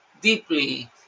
deeply